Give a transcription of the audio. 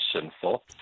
sinful